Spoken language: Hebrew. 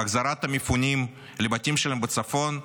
בהחזרת המפונים לבתים שלהם בצפון,